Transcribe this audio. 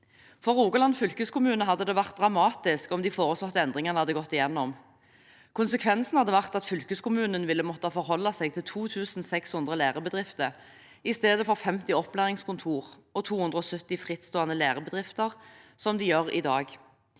For Rogaland fylkeskommune hadde det vært dramatisk om de foreslåtte endringene hadde gått igjennom. Konsekvensen hadde vært at fylkeskommunen ville ha måttet forholde seg til 2 600 lærebedrifter i stedet for 50 opplæringskontorer og 270 frittstående lærebedrifter, som de gjør i dag.